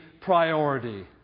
priority